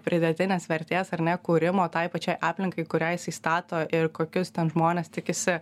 pridėtinės vertės ar ne kūrimo tai pačiai aplinkai kurią jisai stato ir kokius ten žmonės tikisi